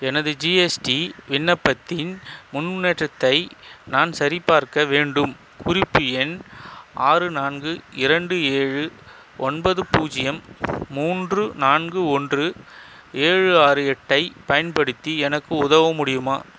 எனது ஜிஎஸ்டி விண்ணப்பத்தின் முன்னேற்றத்தை நான் சரிபார்க்க வேண்டும் குறிப்பு எண் ஆறு நான்கு இரண்டு ஏழு ஒன்பது பூஜ்ஜியம் மூன்று நான்கு ஒன்று ஏழு ஆறு எட்டைப் பயன்படுத்தி எனக்கு உதவ முடியுமா